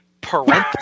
parentheses